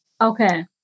Okay